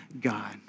God